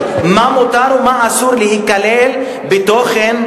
בנובמבר מתקיים יום לבטיחות בדרכים,